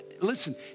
Listen